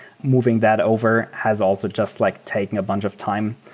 moving that over has also just like taking a bunch of time.